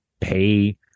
pay